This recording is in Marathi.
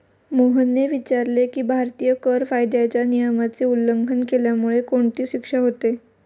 मोहनने विचारले की, भारतीय कर कायद्याच्या नियमाचे उल्लंघन केल्यामुळे कोणती शिक्षा होते?